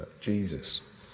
Jesus